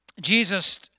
Jesus